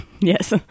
yes